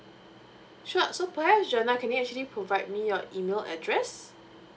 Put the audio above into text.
sure so perhaps jenna can you actually provide me your email address